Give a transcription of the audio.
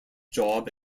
job